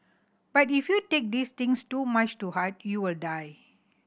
but if you take these things too much to heart you will die